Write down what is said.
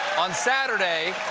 on saturday,